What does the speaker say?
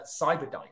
Cyberdyne